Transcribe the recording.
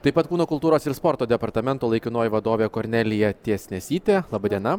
taip pat kūno kultūros ir sporto departamento laikinoji vadovė kornelija tiesnesytė laba diena